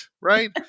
Right